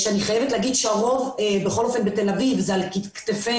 אני חייבת לומר שהקהילה שבתל אביב חיה מתרומות,